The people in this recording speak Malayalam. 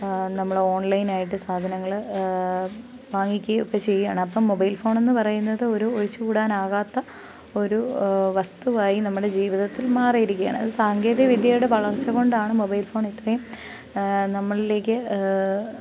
നമ്മൾ ഓൺലൈനായിട്ട് സാധനങ്ങൾ വാങ്ങിക്കേം ഒക്കെ ചെയ്യാണ് അപ്പം മൊബൈൽ ഫോണെന്ന് പറയുന്നത് ഒരു ഒഴിച്ചുകൂടാനാകാത്ത ഒരു വസ്തുവായി നമ്മുടെ ജീവിതത്തിൽ മാറിയിരിക്കുകയാണ് അത് സാങ്കേതിക വിദ്യയുടെ വളർച്ച കൊണ്ടാണ് മൊബൈൽ ഫോണിത്രേം നമ്മളിലേക്ക്